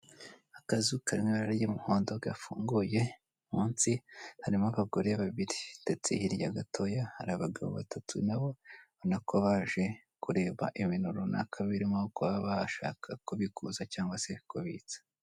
Akazu kari mu ibara ry'umuhondo gafunguye munsi harimo abagore babiri ndetse hirya gatoya hari abagabo batatu na bo ubonako baje kureba ibintu runaka birimo kuba bashaka kubikuza cyangwa se kubitsa.